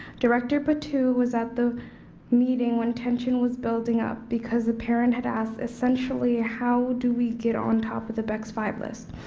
director patu was at the meeting when tension was building up because a parent had asked essentially how do we get on top of the backside list?